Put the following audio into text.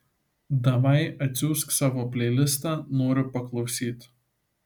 davai atsiųsk savo pleilistą noriu paklausyt